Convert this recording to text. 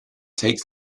takes